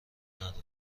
نداریم